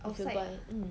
to buy mm